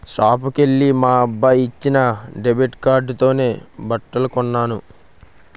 షాపుకెల్లి మా అబ్బాయి ఇచ్చిన డెబిట్ కార్డుతోనే బట్టలు కొన్నాను